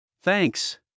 Thanks